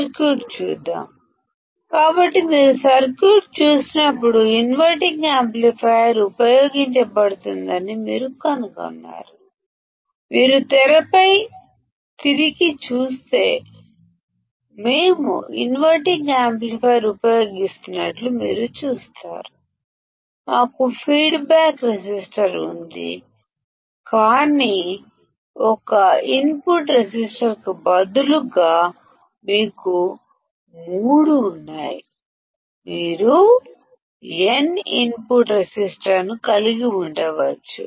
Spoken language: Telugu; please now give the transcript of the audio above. సర్క్యూట్ చూద్దాం కాబట్టి మీరు సర్క్యూట్ చూసినప్పుడు ఇన్వర్టింగ్ యాంప్లిఫైయర్ ఉపయోగించబడు తుందని మీరు కనుగొన్నారు మీరు తెరపైకి తిరిగి గమనిస్తే మనం ఇన్వర్టింగ్ యాంప్లిఫైయర్ ఉపయోగిస్తున్నట్లు మీరు చూస్తారు మనకి ఫీడ్బ్యాక్ రెసిస్టర్ ఉంది కానీ ఒక ఇన్పుట్ రెసిస్టర్కు బదులుగా మీకు మూడు ఉన్నాయి మీరు n ఇన్పుట్ రెసిస్టర్లను కలిగి ఉండవచ్చు